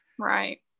Right